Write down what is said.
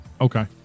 Okay